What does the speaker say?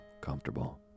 comfortable